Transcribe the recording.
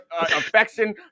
affection